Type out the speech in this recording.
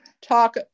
Talk